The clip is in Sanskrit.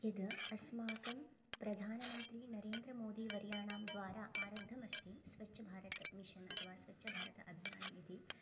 यदस्माकं प्रधानमन्त्री नरेन्द्रमोदीवर्याणां द्वारा आरब्धम् अस्ति स्वच्छभारत मिशन् अथवा स्वच्छभारत अभियानम् इति